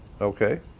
Okay